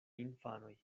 infanoj